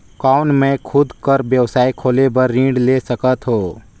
कौन मैं खुद कर व्यवसाय खोले बर ऋण ले सकत हो?